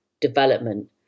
development